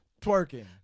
twerking